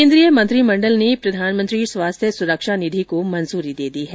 केन्द्रीय मंत्रिमंडल ने प्रधानमंत्री स्वास्थ्य सुरक्षा निधि को मंजूरी दे दी है